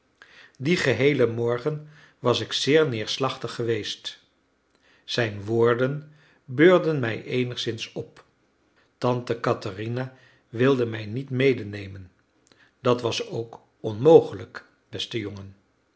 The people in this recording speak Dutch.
dien geheelen morgen was ik zeer neerslachtig geweest zijn woorden beurden mij eenigszins op tante katherina wilde mij niet medenemen dat was ook onmogelijk beste jongen